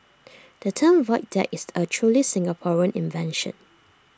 the term void deck is A truly Singaporean invention